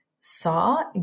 saw